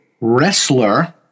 wrestler